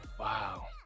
Wow